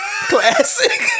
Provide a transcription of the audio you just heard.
Classic